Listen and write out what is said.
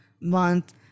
month